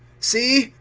see,